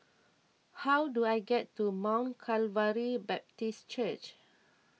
how do I get to Mount Calvary Baptist Church